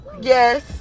Yes